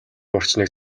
орчныг